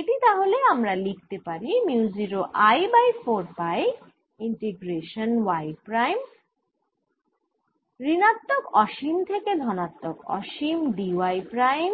এটি তাহলে আমরা লিখতে পারি mu 0 I by 4 pi integration y prime ঋণাত্মক অসীম থেকে ধনাত্মক অসীম dy প্রাইম